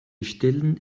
stellen